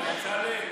בצלאל,